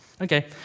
Okay